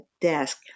desk